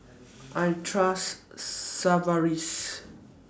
I Trust Sigvaris